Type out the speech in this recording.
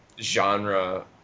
genre